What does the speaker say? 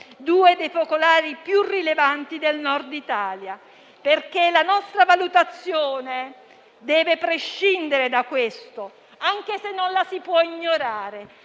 due dei focolai più rilevanti del Nord Italia. La nostra valutazione, infatti, deve prescindere da questo, anche se non lo si può ignorare.